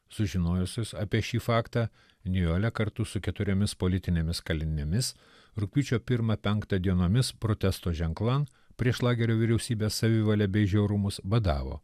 sužinojusios apie šį faktą nijolė kartu su keturiomis politinėmis kalinėmis rugpjūčio pirmą penktą dienomis protesto ženklan prieš lagerio vyriausybės savivalę bei žiaurumus badavo